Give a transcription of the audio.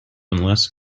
unless